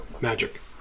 Magic